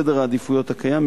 בסדר העדיפויות הקיים,